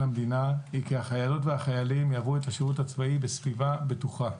המדינה היא כי החיילות והחיילים יעברו את השירות הצבאי בסביבה בטוחה.